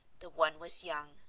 the one was young,